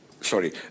Sorry